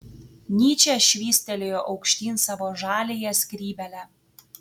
nyčė švystelėjo aukštyn savo žaliąją skrybėlę